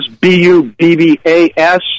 B-U-B-B-A-S